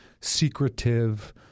secretive